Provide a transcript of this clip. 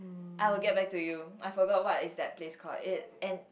I will get back to you I forgot what is that place called